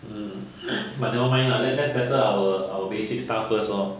hmm but never mind lah let's let's settle our our basic stuff first lor